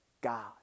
God